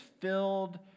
filled